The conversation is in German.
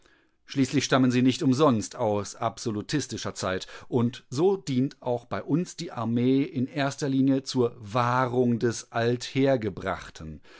schließlich stammen sie nicht umsonst aus absolutistischer zeit und so dient auch bei uns die armee in erster linie zur wahrung des althergebrachten